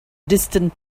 distant